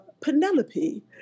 Penelope